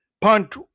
Punt